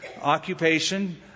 occupation